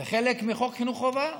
זה חלק מחוק חינוך חובה.